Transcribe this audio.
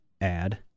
add